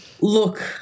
look